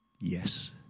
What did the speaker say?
yes